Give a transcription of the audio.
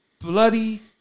bloody